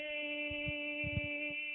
Hey